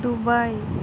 Dubai